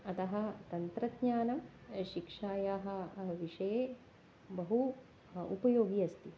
अतः तन्त्रज्ञानं शिक्षायाः विषये बहु उपयोगी अस्ति